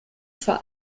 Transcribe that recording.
vor